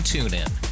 TuneIn